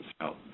health